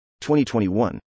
2021